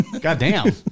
Goddamn